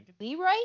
Leroy